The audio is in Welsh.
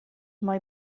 mae